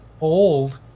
old